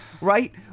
right